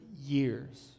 years